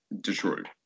Detroit